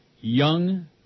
young